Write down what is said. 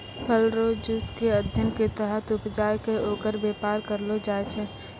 फल रो जुस के अध्ययन के तहत उपजाय कै ओकर वेपार करलो जाय छै